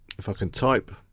if i can type.